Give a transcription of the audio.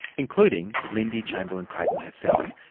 including lindy chamberlain-creighton herself,